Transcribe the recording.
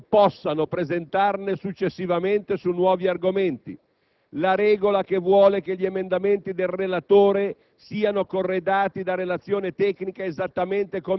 contemporaneamente ai parlamentari e non possano presentarne successivamente su nuovi argomenti; la regola che vuole che gli emendamenti del relatore